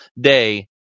day